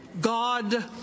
God